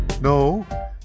No